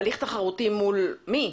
בהליך תחרותי מול מי?